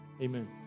Amen